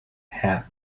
had